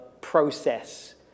process